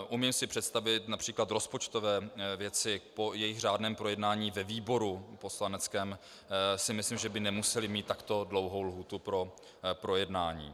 Umím si představit např. rozpočtové věci po jejich řádném projednání ve výboru poslaneckém by, myslím, nemusely mít takto dlouhou lhůtu pro projednání.